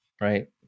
right